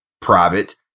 private